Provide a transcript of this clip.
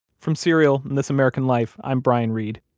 from serial and this american life, i'm brian reed.